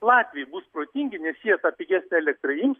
latviai bus protingi nes jie tą pigesnę elektrą ims